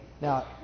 Now